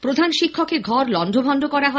প্রধান শিক্ষকের ঘর লন্ডভন্ড করা হয়